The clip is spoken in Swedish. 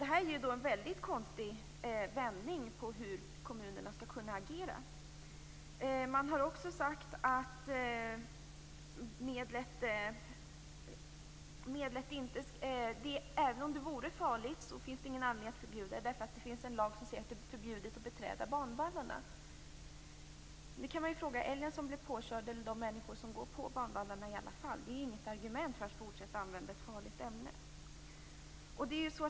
Det ger ju en väldigt konstig bild av vilka möjligheter kommunerna har att agera. Man har också sagt att även om medlet vore farligt finns det inte någon anledning att förbjuda det, eftersom det finns en lag som säger att det är förbjudet att beträda banvallarna. Men vad händer med älgen som blir påkörd eller de människor som går på banvallarna fastän det är förbjudet? Ett sådant förbud är ju inget argument för att fortsätta att använda ett farligt ämne.